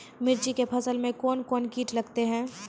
मिर्ची के फसल मे कौन कौन कीट लगते हैं?